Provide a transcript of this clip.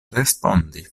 respondi